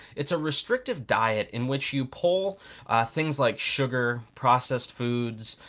it's a restrictive diet in which you pull things like sugar, processed foods,